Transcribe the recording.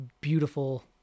beautiful